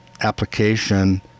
application